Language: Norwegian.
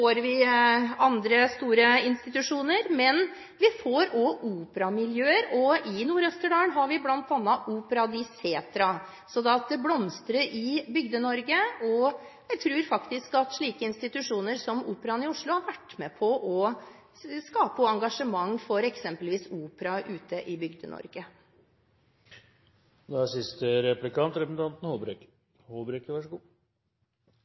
opera eller andre store institusjoner, men vi får operamiljøer; i Nord-Østerdal har vi bl.a. Opera Di Setra. Så det blomstrer i Bygde-Norge, og jeg tror faktisk at slike institusjoner som operaen i Oslo har vært med på også å skape engasjement for eksempelvis opera ute i Bygde-Norge. Det siste kan jeg si meg helt enig i. Det var for øvrig også mye i representanten